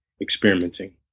experimenting